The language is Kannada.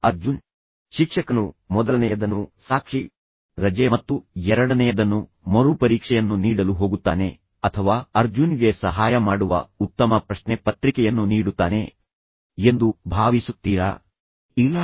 ನಿಸ್ಸಂಶಯವಾಗಿ ಇನ್ನೊಂದು ಬದಿಯಲ್ಲಿರುವ ರಿಸೀವರ್ ಶಿಕ್ಷಕನು ಮೊದಲನೆಯದನ್ನು ಸಾಕ್ಷಿ ರಜೆ ಮತ್ತು ಎರಡನೆಯದನ್ನು ಮರುಪರೀಕ್ಷೆಯನ್ನು ನೀಡಲು ಹೋಗುತ್ತಾನೆ ಅಥವಾ ಅರ್ಜುನ್ಗೆ ಸಹಾಯ ಮಾಡುವ ಉತ್ತಮ ಪ್ರಶ್ನೆ ಪತ್ರಿಕೆಯನ್ನು ನೀಡುತ್ತಾನೆ ಎಂದು ನೀವು ಭಾವಿಸುತ್ತೀರಾ ನಿಸ್ಸಂಶಯವಾಗಿ ಇಲ್ಲ